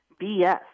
BS